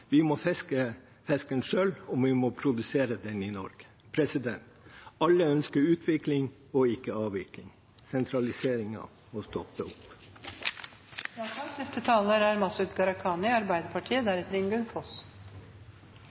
Vi må fiske fisken selv, og vi må produsere den i Norge. Alle ønsker utvikling og ikke avvikling. Sentraliseringen må stoppe